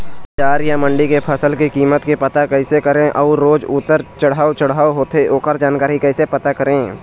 बजार या मंडी के फसल के कीमत के पता कैसे करें अऊ रोज उतर चढ़व चढ़व होथे ओकर जानकारी कैसे पता करें?